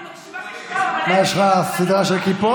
לא, אני מקשיבה, מה, יש לך סדרה של כיפות?